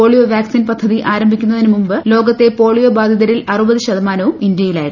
polio vaccine പദ്ധതി ആരംഭിക്കുന്നതിന് മുമ്പ് ലോകത്തെ പോളിയോ ബാധിതരിൽ അറുപതു ശതമാനവും ഇന്ത്യയിലായിരുന്നു